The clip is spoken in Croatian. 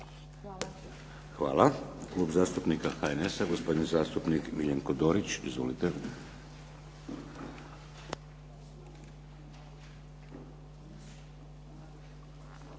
(HDZ)** Hvala. Klub zastupnika HNS-a gospodin zastupnik Miljenko Dorić. Izvolite.